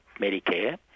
Medicare